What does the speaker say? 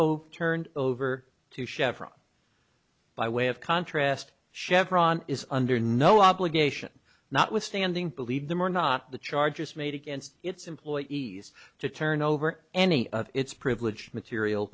overturned over two sheffer by way of contrast chevron is under no obligation notwithstanding believe them or not the charges made against its employees to turn over any of its privileged material